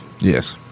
Yes